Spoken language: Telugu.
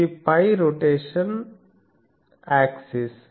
ఇది φ రొటేషనల్ ఆక్సిస్